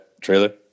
trailer